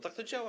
Tak to działa.